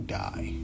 die